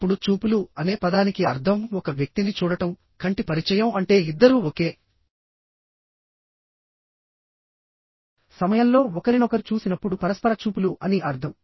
ఇప్పుడు చూపులు అనే పదానికి అర్థం ఒక వ్యక్తిని చూడటం కంటి పరిచయం అంటే ఇద్దరూ ఒకే సమయంలో ఒకరినొకరు చూసినప్పుడు పరస్పర చూపులు అని అర్థం